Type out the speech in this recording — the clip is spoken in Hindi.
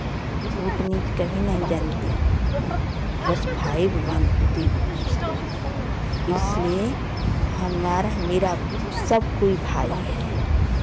ऊँच नींच कभी नहीं जानती हूँ बस भाई मानती हूँ उसको इसलिए हमारा मेरा सब कोई भाई है